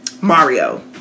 Mario